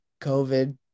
covid